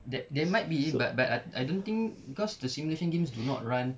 there there might be but but I don't think cause the simulation games do not run